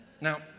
Now